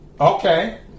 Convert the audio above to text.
okay